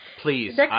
please